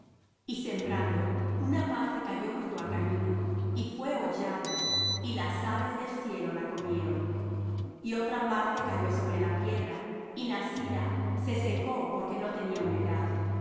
y sembrando una parte cayó junto al camino y fué hollada y las aves del cielo la comieron y otra parte cayó sobre la piedra y nacida se secó porque no tenía humedad